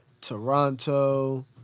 Toronto